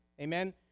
amen